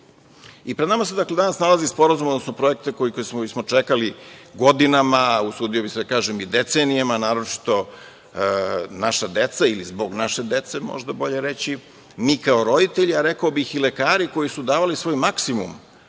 nama se danas nalazi sporazum, odnosno projekat koje smo čekali godinama, usudio bih se da kažem, decenijama, naročito naša deca i zbog naše dece možda bolje reći, mi kao roditelji, a rekao bih i lekari koji su davali svoj maksimum